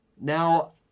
Now